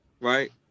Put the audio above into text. right